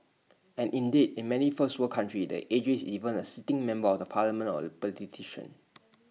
and indeed in many first world countries the A G is even A sitting member of the parliament or A